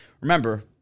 Remember